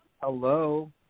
Hello